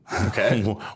okay